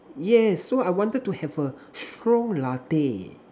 yes so I wanted to have a strong latte